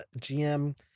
GM